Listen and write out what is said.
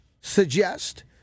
suggest